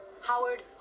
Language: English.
Howard